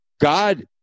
God